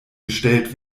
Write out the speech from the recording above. gestellt